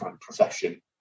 profession